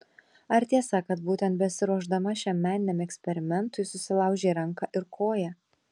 ar tiesa kad būtent besiruošdama šiam meniniam eksperimentui susilaužei ranką ir koją